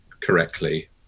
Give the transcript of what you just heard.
correctly